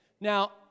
Now